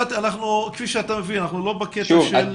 כפי שאתה מבין, אנחנו לא --- להתווכח.